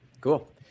cool